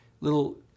little